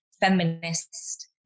feminist